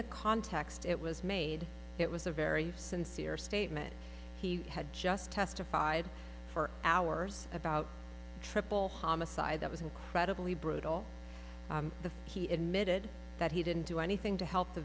the context it was made it was a very sincere statement he had just testified for hours about triple homicide that was incredibly brutal the he admitted that he didn't do anything to help the